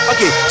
Okay